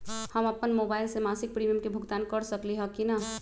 हम अपन मोबाइल से मासिक प्रीमियम के भुगतान कर सकली ह की न?